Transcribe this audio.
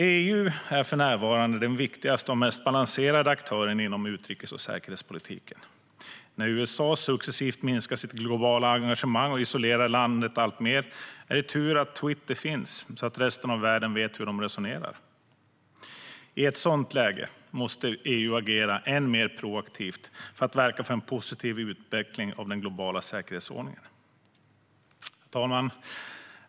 EU är för närvarande den viktigaste och mest balanserade aktören inom utrikes och säkerhetspolitiken. När USA successivt minskar sitt globala engagemang och isolerar landet alltmer är det tur att Twitter finns så att resten av världen vet hur de resonerar. I ett sådant läge måste EU agera än mer proaktivt för att verka för en positiv utveckling av den globala säkerhetsordningen. Herr talman!